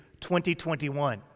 2021